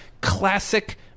classic